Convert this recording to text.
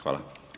Hvala.